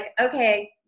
okay